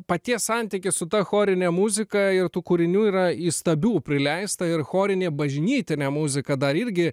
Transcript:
paties santykis su ta chorine muzika ir tų kūrinių yra įstabių prileista ir chorinė bažnytinė muzika dar irgi